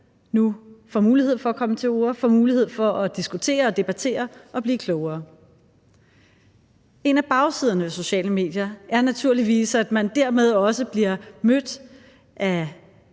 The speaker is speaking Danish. nu får mulighed for at komme til orde, får mulighed for at diskutere og debattere og blive klogere. En af bagsiderne ved sociale medier er naturligvis, at man dermed også bliver mødt af